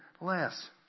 less